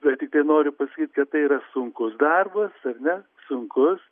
bet tiktai noriu pasakyt kad tai yra sunkus darbas ar ne sunkus